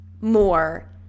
more